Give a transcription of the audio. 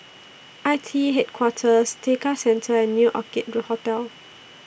I T E Headquarters Tekka Centre and New Orchid Hotel